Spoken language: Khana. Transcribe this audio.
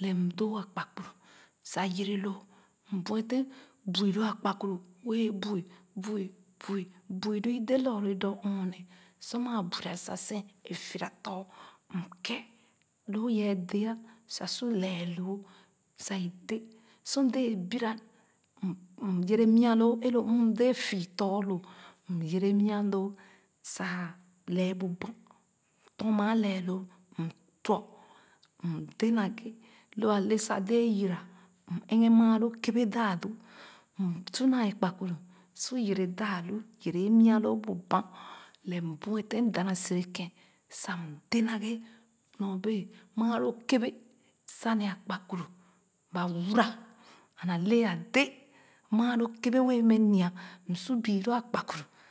lɛɛ m doo akpakpuru sa yere loo m bueten bui lo akpakpuru wɛɛ bui bui bui bui lo i dee lorre dɔ ɔɔne sor maa bura sa seh ee fiira for m kɛ loo yeeh alɛɛ ah sa su lɛɛ loo sa i bek sor dɛɛ bira m yere mia loo sa lɛɛ bu banh tɔn maa lɛɛ loo ntwɔ m dɛe na ghe lo ale sa dee yira m ɛghe maa loo kɛbɛɛ taaloo m su na i akpakpuru se ghe yere daa loo yere i mia loo bu banh lɛɛ m bueten dorna serekèn sa m dɛɛ naghe nɔɔne bee maa loo kɛbɛɛ ne a kpakpuru mura and alɛɛ a dɛɛ maa loo kɛbɛɛ bee mɛ nyia m su bii loo akpakpuru.